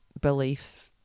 belief